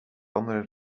andere